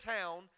town